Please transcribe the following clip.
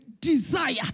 desire